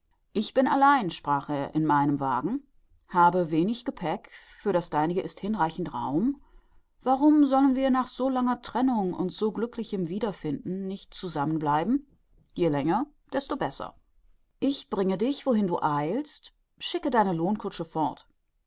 ich bin allein sprach er in meinem wagen habe wenig gepäck für das deinige ist hinreichend raum warum sollen wir nach so langer trennung und so glücklichem wiederfinden nicht beisammen bleiben je länger desto besser ich bringe dich wohin du eilst schicke deine lohnkutsche fort